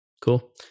Cool